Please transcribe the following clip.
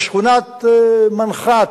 בשכונת מנחת,